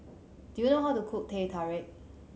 do you know how to cook Teh Tarik